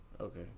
Okay